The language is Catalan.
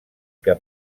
que